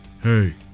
hey